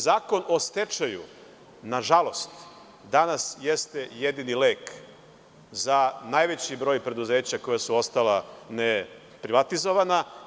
Zakon o stečaju, na žalost, danas jeste jedini lek za najveći broj preduzeća koja su ostala ne privatizovana.